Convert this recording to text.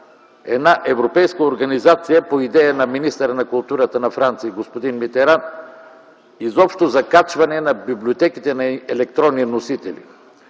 една европейска организация по идея на министъра на културата на Франция господин Митеран. Изобщо за качване на библиотеките на електронни носители.